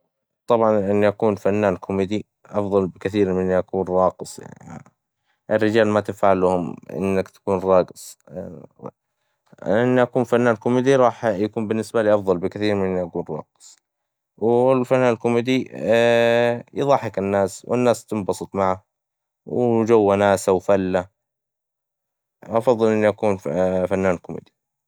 طبعاً إني اكون فنان كوميدي، أفظل بكثير من إني أكون راقص، الرجال ما تنفع لهم إنك تكون راقص، يع إني اكون فنان كوميدي، راح يكون بالنسبالي أفظل بكثير من إني اقول راقص، والفنان الكوميدي يظحك الناس، والناس تنبسط معه، وجو وناسة وفلة، أفظل اني أكون فنان كوميدي.